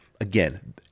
again